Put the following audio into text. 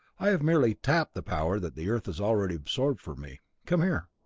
i have merely tapped the power that the earth has already absorbed for me. come here.